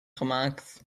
gemaakt